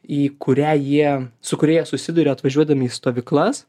į kurią jie su kuria jie susiduria atvažiuodami į stovyklas